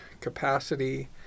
capacity